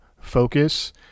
focus